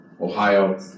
Ohio